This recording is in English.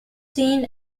seen